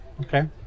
Okay